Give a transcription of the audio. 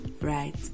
right